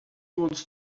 wants